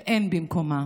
ואין במקומה